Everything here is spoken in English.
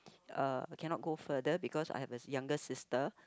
uh cannot go further because I have a younger sister